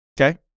Okay